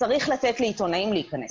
צריך לתת לעיתונאים להיכנס.